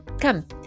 come